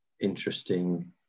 interesting